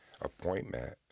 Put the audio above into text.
appointment